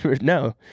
no